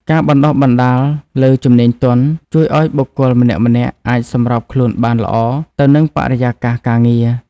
ការបណ្តុះបណ្តាលលើជំនាញទន់ជួយឱ្យបុគ្គលម្នាក់ៗអាចសម្របខ្លួនបានល្អទៅនឹងបរិយាកាសការងារ។